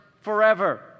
forever